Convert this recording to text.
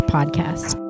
Podcast